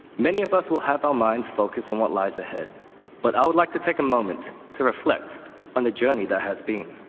many of us will have ah minds focused on what lies ahead but i would like to take a moment to reflect on the journey that has been.